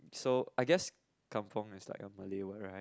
so I guess Kampung is like a Malay word right